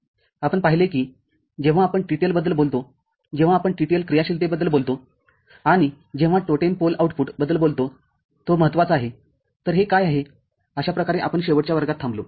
आपण पाहिले कि जेव्हा आपण TTL बद्दल बोलतो जेव्हा आपण TTL क्रियाशीलतेबद्दल बोलतो आणि जेव्हा टोटेम पोल आउटपुट बद्दल बोलतोतो महत्वाचा आहे तरहे काय आहेअशा प्रकारे आपण शेवटच्या वर्गात थांबलो